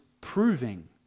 proving